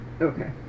Okay